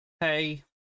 hey